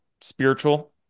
spiritual